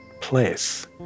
place